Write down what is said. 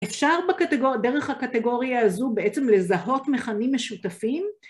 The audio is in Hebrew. אפשר דרך הקטגוריה הזו בעצם לזהות מכנים משותפים?